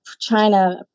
china